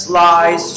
lies